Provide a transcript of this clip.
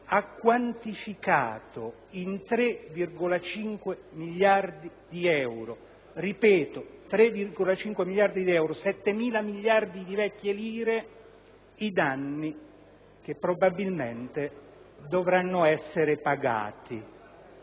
ha quantificato in 3,5 miliardi di euro, pari a 7.000 miliardi di vecchie lire, i danni che probabilmente dovranno essere pagati.